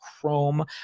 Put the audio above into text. Chrome